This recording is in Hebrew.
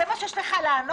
זה מה שיש לך לענות?